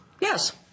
Yes